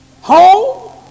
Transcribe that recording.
Home